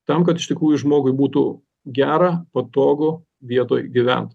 tam kad iš tikrųjų žmogui būtų gera patogu vietoj gyvent